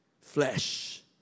flesh